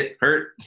hurt